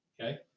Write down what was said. Okay